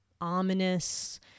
ominous